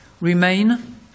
remain